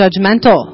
judgmental